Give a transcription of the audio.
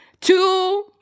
Two